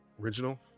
original